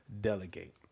delegate